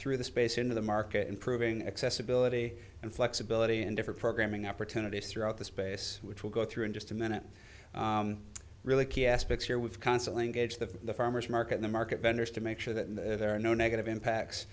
through the space into the market improving accessibility and flexibility and different programming opportunities throughout the space which will go through in just a minute really key aspects here with consul engage the farmer's market the market vendors to make sure that there are no negative impacts